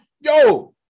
yo